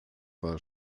war